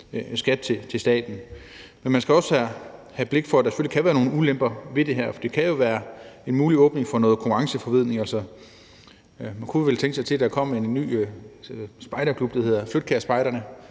skat til staten. Men man skal også have blik for, at der selvfølgelig kan være nogle ulemper ved det her. Det kan jo være en mulig åbning for noget konkurrenceforvridning. Altså, man kunne vel tænke sig til, at der kom en ny spejderklub, der hedder Flydtkjærspejderne.